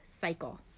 cycle